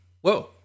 Whoa